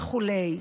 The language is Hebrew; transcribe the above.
וכו'.